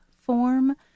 form